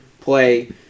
play